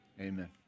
Amen